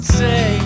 say